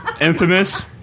Infamous